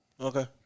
Okay